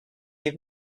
give